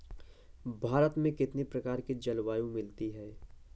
भारत में कितनी प्रकार की जलवायु मिलती है?